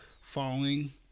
falling